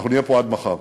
אנחנו נהיה פה עד מחר.